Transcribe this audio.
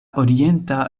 orienta